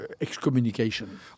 excommunication